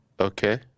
Okay